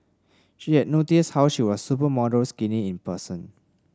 she had noticed how she was supermodel skinny in person